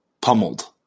pummeled